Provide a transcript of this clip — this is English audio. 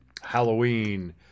Halloween